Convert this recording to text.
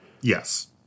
Yes